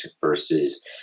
versus